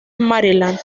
maryland